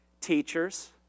teachers